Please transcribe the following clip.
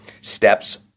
steps